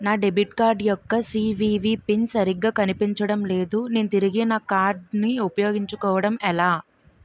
నా debit card యెక్క CVV PIN సరిగా కనిపించడం లేదు నేను తిరిగి నా కార్డ్ఉ పయోగించుకోవడం ఎలా?